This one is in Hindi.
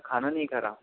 खाना नहीं खा रहा